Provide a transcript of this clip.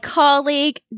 colleague